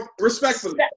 respectfully